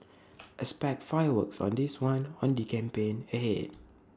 expect fireworks on this one in the campaign ahead